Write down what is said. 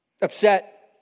upset